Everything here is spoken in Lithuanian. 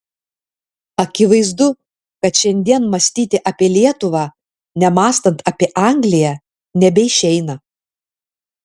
akivaizdu kad šiandien mąstyti apie lietuvą nemąstant apie angliją nebeišeina